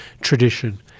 tradition